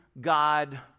God